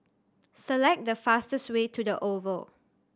select the fastest way to The Oval